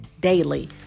daily